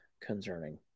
concerning